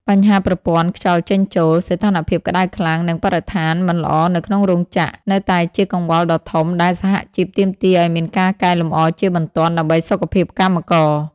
បញ្ហាប្រព័ន្ធខ្យល់ចេញចូល សីតុណ្ហភាពក្តៅខ្លាំង និងបរិស្ថានមិនល្អនៅក្នុងរោងចក្រ នៅតែជាកង្វល់ដ៏ធំដែលសហជីពទាមទារឱ្យមានការកែលម្អជាបន្ទាន់ដើម្បីសុខភាពកម្មករ។